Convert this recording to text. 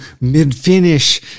mid-finish